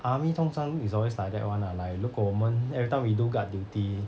army 通常 is always like that [one] lah like 如果我们 everytime we do guard duty